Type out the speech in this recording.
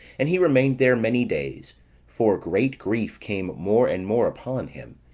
and he remained there many days for great grief came more and more upon him,